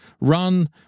run